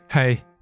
Hey